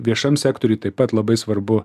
viešam sektoriui taip pat labai svarbu